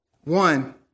One